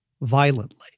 violently